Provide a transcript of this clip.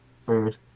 food